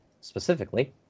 specifically